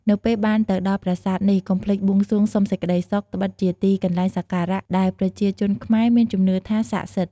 នៅពេលបានទៅដល់ប្រាសាទនេះ កុំភ្លេចបួងសួងសុំសេចក្ដីសុខ ត្បិតជាទីកន្លែងសក្ការៈ ដែលប្រជាជនខ្មែរមានជំនឿថា ស័ក្តិសិទ្ធ